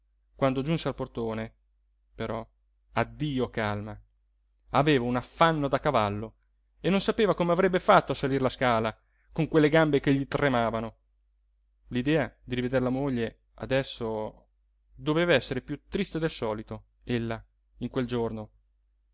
quando giunse al portone però addio calma aveva un affanno da cavallo e non sapeva come avrebbe fatto a salir la scala con quelle gambe che gli tremavano l'idea di riveder la moglie adesso doveva esser piú triste del solito ella in quel giorno